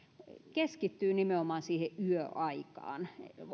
keskittyy nimenomaan yöaikaan